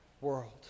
world